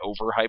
overhyped